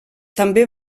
també